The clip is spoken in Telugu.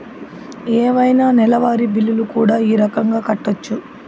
ఏవైనా నెలవారి బిల్లులు కూడా ఈ రకంగా కట్టొచ్చు